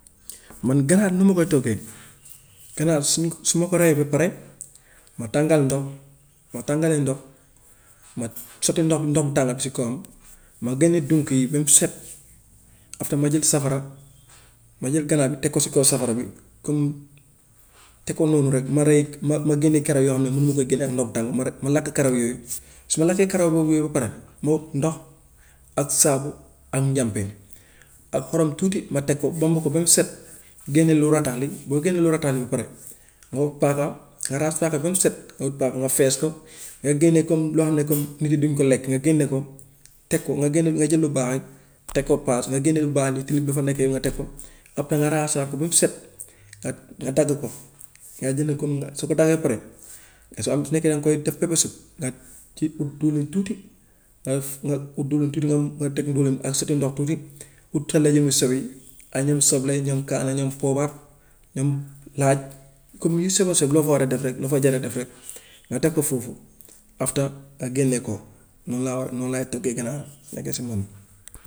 Man ganaar nu ma koy toggee, ganaar su su ma ko reyee ba pare ma tàngal ndox, su ma tàngalee ndox ma soti ndox bi ndox bu tànga bi si kawam ma génnee dunq yi ba mu set after ma jël safara, ma jël ganaar bi teg ko si kaw safara bi comme teg ko noonu rek ma rey ma ma génnee karaw yoo xam ne munuma ko génne ak ndox mu tàng ma la- ma lakk karaw yooyu, su ma lakkee karaw boobu ba pare ma wut ndox ak saabu ak njàmpe ak xorom tuuti ma teg ko bomb ko ba mu set génne lu ratax li, boo génnee lu ratax li ba pare nga wut paaka, nga raxas paaka bi ba mu set nga wut paaka nga fees ko, nga génnee comme loo xam ne comme nit yi du ñu ko lekk nga génne ko teg ko, nga génne nga jël lu baax li teg ko palaas nga génne lu baax li tilim bu fa nekk yow nga teg ko, après nga raxasaat ko ba mu set nga nga dagg ko, ngay dindi comme su ko daggee ba pare soo am su nekkee danga koy def pepesu nga kii ut diwlin tuuti nga nga ut diwlin tuuti nga nga teg diwlin bi ak sotti ndox tuuti, ut ay ñoom soble, ñoom kaane, ñoom poobar, ñoom laaj comme yu sew a sew loo fa war a def rek loo fa jar a def rek nga def ko foofu after nga génnee ko noonu laa war noonu laay toggee ganaar su nekkee si man.